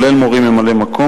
כולל מורים ממלאי-מקום,